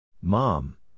Mom